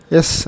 Yes